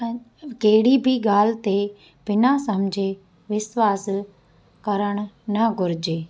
कहिड़ी बि ॻाल्हि ते बिना समुझे विश्वासु करण न घुरिजे